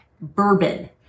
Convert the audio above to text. Bourbon